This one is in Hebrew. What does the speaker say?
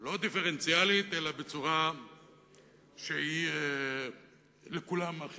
לא דיפרנציאלית, אלא בצורה אחידה לכולם.